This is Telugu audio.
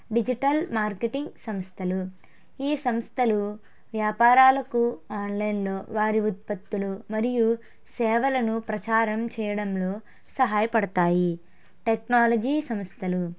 డిజిటల్ మార్కెటింగ్ సంస్థలు ఈ సంస్థలు వ్యాపారాలకు ఆన్లైన్లో వారి ఉత్పత్తులు మరియు సేవలను ప్రచారం చేయడంలో సహాయపడతాయి టెక్నాలజీ సంస్థలు